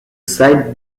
site